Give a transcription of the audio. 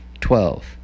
Twelve